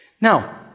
Now